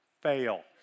fail